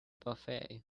buffet